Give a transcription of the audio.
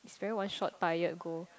very one shot tired goal